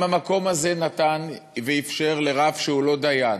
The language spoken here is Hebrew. אם המקום הזה נתן ואפשר לרב שהוא לא דיין,